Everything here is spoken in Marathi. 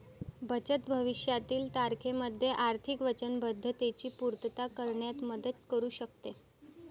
बचत भविष्यातील तारखेमध्ये आर्थिक वचनबद्धतेची पूर्तता करण्यात मदत करू शकते